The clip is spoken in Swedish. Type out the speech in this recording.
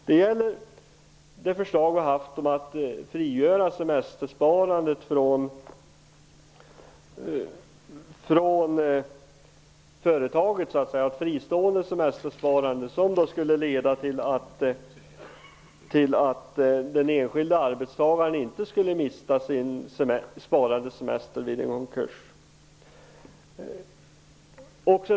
Det gäller förslaget att låta semestersparandet vara fristående, vilket leder till att den enskilde arbetstagaren inte skall mista sin sparade semester vid en konkurs.